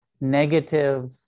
negative